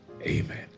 Amen